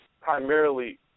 primarily